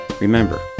Remember